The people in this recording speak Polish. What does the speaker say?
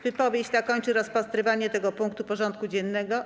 Wypowiedź ta kończy rozpatrywanie tego punktu porządku dziennego.